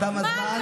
תם הזמן.